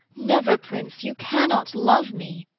never, prince you cannot love me